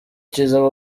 cyiza